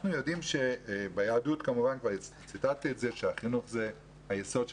אנחנו יודעים שביהדות החינוך הוא היסוד של